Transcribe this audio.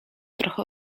trochę